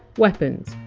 weapons,